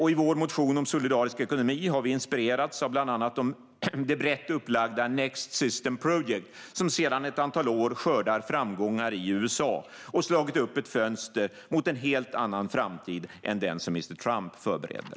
I vår motion om solidarisk ekonomi har vi inspirerats av bland annat det brett upplagda Next System Project, som sedan ett antal år skördar framgångar i USA och har slagit upp ett fönster mot en helt annan framtid än den som mr Trump förbereder.